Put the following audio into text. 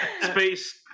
space